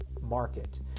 market